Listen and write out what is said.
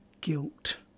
guilt